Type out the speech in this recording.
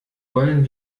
wollen